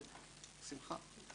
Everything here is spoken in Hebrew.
בשמחה.